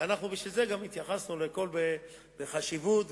ולכן גם התייחסנו לכול בחשיבות וברצינות,